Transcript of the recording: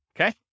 Okay